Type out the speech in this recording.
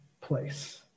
place